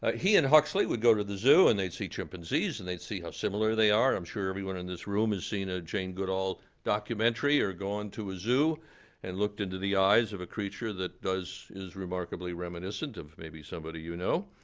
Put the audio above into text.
ah he and huxley would go to the zoo and they'd see chimpanzees. and they'd see how similar they are. i'm sure everyone in this room has seen a jane goodall documentary or gone to a zoo and looked into the eyes of a creature that is remarkably reminiscent of maybe somebody you know.